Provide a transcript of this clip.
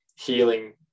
healing